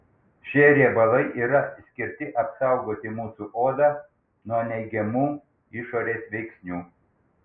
šie riebalai yra skirti apsaugoti mūsų odą nuo neigiamų išorės veiksnių